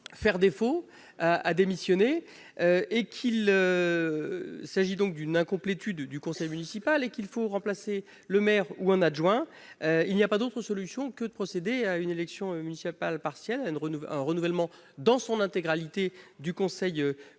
faire défaut à démissionner et qu'il s'agit donc d'une incomplétude du conseil municipal et qu'il faut remplacer le maire ou un adjoint, il n'y a pas d'autre solution que de procéder à une élection municipale partielle à une Renault un renouvellement dans son intégralité du conseil municipal,